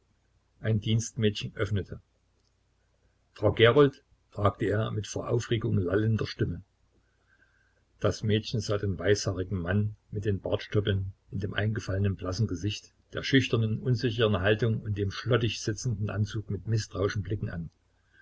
ein dienstmädchen öffnete frau gerold fragte er mit vor aufregung lallender stimme das mädchen sah den weißhaarigen mann mit den bartstoppeln in dem eingefallenen blassen gesicht der schüchternen unsicheren haltung und dem schlottig sitzenden anzug mit mißtrauischen blicken an